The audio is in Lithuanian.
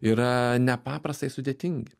yra nepaprastai sudėtingi